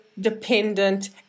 dependent